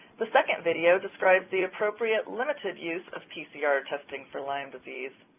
the second video describes the appropriate, limited use of pcr testing for lyme disease.